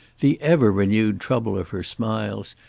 the ever-renewed trouble of her smiles,